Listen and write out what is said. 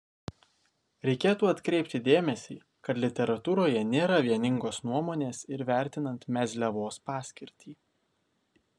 reikėtų atkreipti dėmesį kad literatūroje nėra vieningos nuomonės ir vertinant mezliavos paskirtį